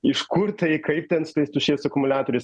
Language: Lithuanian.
iš kur tai kaip ten su tais tuščiais akumuliatoriais